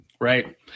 Right